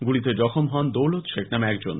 গুলিতে জখম হন দৌলত শেখ নামে একজন